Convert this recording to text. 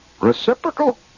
reciprocal